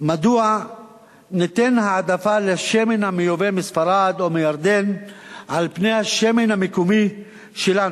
מדוע ניתן העדפה לשמן המיובא מספרד או מירדן על-פני השמן המקומי שלנו,